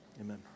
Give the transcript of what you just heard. Amen